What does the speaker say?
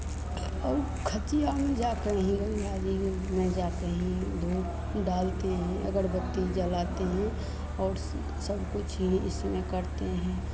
खतिया में जाते हैं गंगा जी में जाते हैं धूप डालते हैं अगरबत्ती जलाते हैं और सब कुछ यही इसीमें करते हैं